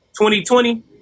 2020